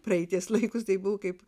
praeities laikus tai buvo kaip